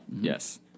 Yes